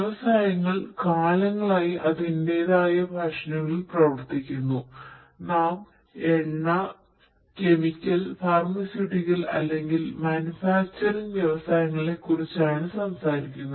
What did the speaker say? വ്യവസായങ്ങൾ കാലങ്ങളായി അതിന്റെതായ ഫാഷനുകളിൽ പ്രവർത്തിക്കുന്നു നാം എണ്ണ കെമിക്കൽ അല്ലെങ്കിൽ മാനുഫാക്ചറിംഗ് വ്യവസായങ്ങളെക്കുറിച്ചാണ് സംസാരിക്കുന്നത്